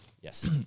Yes